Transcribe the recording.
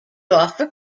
offer